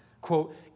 Quote